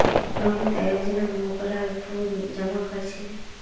रोहिनी अयेज मोंगरार फूल जमा कर छीले